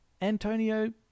Antonio